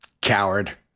Coward